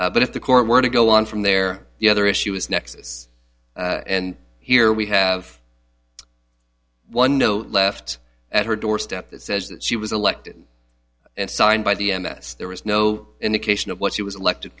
but if the court were to go on from there the other issue is nexus and here we have one no left at her doorstep that says that she was elected and signed by the m s there was no indication of what she was elected